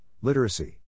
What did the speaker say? literacy